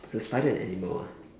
is a spider an animal ah